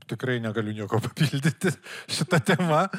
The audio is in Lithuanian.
tikrai negaliu nieko papildyti šita tema